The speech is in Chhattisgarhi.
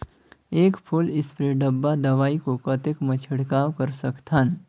एक फुल स्प्रे डब्बा दवाई को कतेक म छिड़काव कर सकथन?